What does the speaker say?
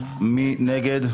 מי נגד?